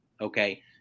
Okay